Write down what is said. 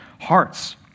hearts